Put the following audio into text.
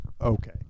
Okay